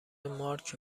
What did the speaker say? مارک